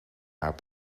haar